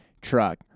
truck